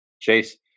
Chase